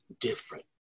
different